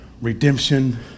redemption